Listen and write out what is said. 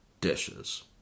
Dishes